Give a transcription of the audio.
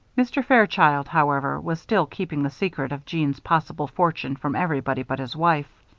mr. fairchild, however, was still keeping the secret of jeanne's possible fortune from everybody but his wife.